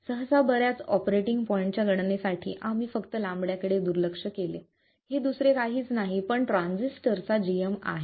सहसा बऱ्याच ऑपरेटिंग पॉईंटच्या गणनेसाठी आम्ही फक्त λ कडे दुर्लक्ष केले हे दुसरे काहीच नाही पण ट्रान्झिस्टर चा gm आहे